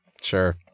sure